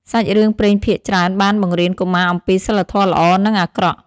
សាច់រឿងព្រេងភាគច្រើនបានបង្រៀនកុមារអំពីសីលធម៌ល្អ និងអាក្រក់។